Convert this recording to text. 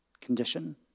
condition